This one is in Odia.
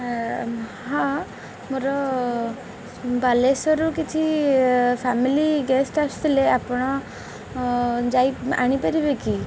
ହଁ ମୋର ବାଲେଶ୍ୱରରୁ କିଛି ଫ୍ୟାମିଲି ଗେଷ୍ଟ୍ ଆସିୁଥିଲେ ଆପଣ ଯାଇ ଆଣିପାରିବେ କି